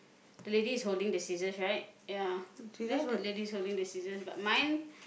the lady is holding the scissors right ya there the lady is holding the scissors but mine